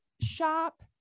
shop